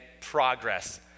progress